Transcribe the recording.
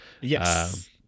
Yes